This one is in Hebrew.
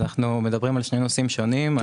אנחנו מדברים על שני נושאים שונים.